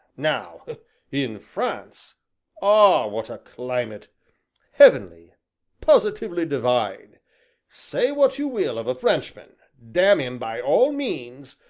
now in france ah, what a climate heavenly positively divine say what you will of a frenchman, damn him by all means,